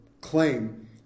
claim